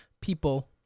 people